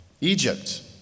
Egypt